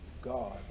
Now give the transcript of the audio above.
God